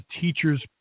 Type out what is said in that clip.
teacher's